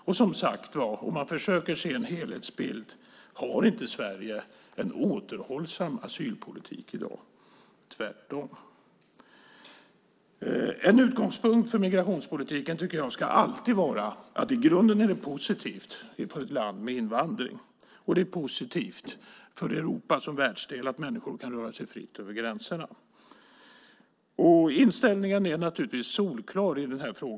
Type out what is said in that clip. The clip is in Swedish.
Om man försöker se en helhetsbild: Har inte Sverige en återhållsam asylpolitik i dag? Det är tvärtom. En utgångspunkt för migrationspolitiken för ett land ska alltid vara att det i grunden är positivt med invandring, och det är positivt för Europa som världsdel av människor kan röra sig fritt över gränserna. Inställningen i den här frågan är solklar.